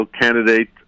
candidate